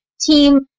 Team